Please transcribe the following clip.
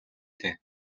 дээ